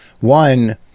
One